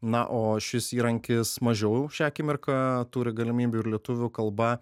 na o šis įrankis mažiau šią akimirką turi galimybių ir lietuvių kalba